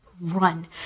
Run